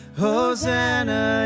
hosanna